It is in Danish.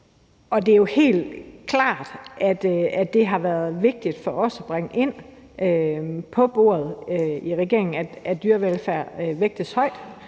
det er jo helt klart, at det har været vigtigt for os at bringe ind på bordet i regeringen, at dyrevelfærd vægtes højt.